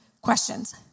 questions